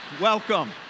Welcome